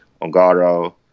Ongaro